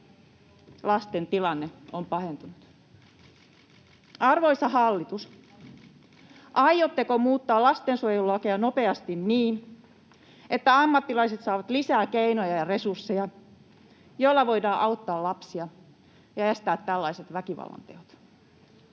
Lasten tilanne on pahentunut. Arvoisa hallitus, aiotteko muuttaa lastensuojelulakeja nopeasti niin, että ammattilaiset saavat lisää keinoja ja resursseja, joilla voidaan auttaa lapsia ja estää tällaiset väkivallanteot?